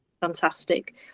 fantastic